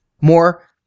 More